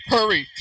Hurry